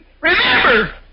Remember